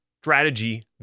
strategy